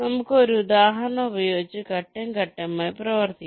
നമുക്ക് ഒരു ഉദാഹരണം ഉപയോഗിച്ച് ഘട്ടം ഘട്ടമായി പ്രവർത്തിക്കാം